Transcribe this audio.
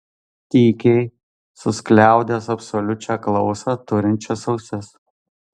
tykiai suskliaudęs absoliučią klausą turinčias ausis